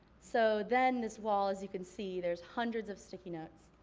so then this wall as you can see, there's hundreds of sticky notes,